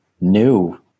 new